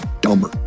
dumber